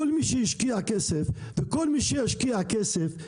כל מי שהשקיע כסף וכל מי שישקיע כסף,